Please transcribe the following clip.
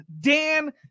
Dan